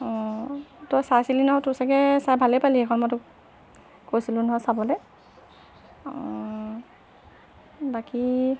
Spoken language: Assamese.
তই চাইছিলি নহয় তোৰ চাগে চাই ভালেই পালি সেইখন মই তোক কৈছিলোঁ নহয় চাবলৈ বাকী